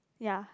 ya